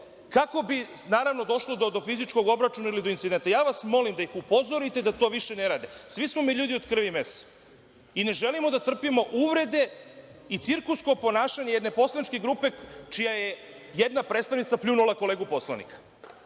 kako bi, naravno, došlo do fizičkog obračuna ili do incidenta. Ja vas molim da ih upozorite da to više ne rade. Svi smo mi ljudi od krvi i mesa i ne želimo da trpimo uvrede i cirkusko ponašanje jedne poslaničke grupe čija je jedna predstavnica pljunula kolegu poslanika.